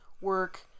work